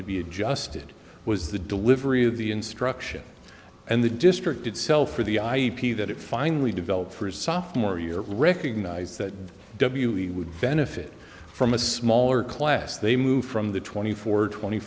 to be adjusted was the delivery of the instruction and the district itself or the ip that it finally developed for his sophomore year recognize that w e would benefit from a smaller class they moved from the twenty four twenty